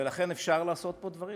ולכן, אפשר לעשות פה דברים.